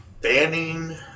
banning